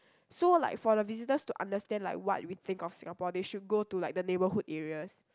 so like for the visitors to understand like what we think of Singapore they should go to like the neighbourhood areas